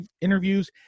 interviews